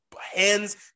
hands